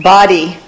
Body